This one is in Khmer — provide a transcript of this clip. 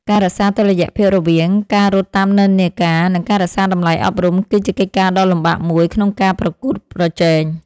ការរក្សាតុល្យភាពរវាង ការរត់តាមនិន្នាការ និង ការរក្សាតម្លៃអប់រំ គឺជាកិច្ចការដ៏លំបាកមួយក្នុងការប្រកួតប្រជែង។